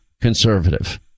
conservative